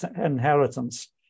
inheritance